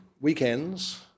weekends